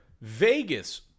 Vegas